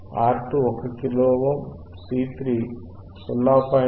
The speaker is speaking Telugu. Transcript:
R2 1 kilo ohm C3 0